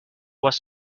was